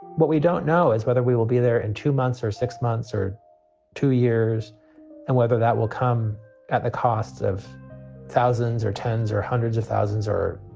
but we don't know is whether we will be there in two months or six months or two years and whether that will come at the cost of thousands or tens or hundreds of thousands or,